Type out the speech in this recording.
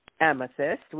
amethyst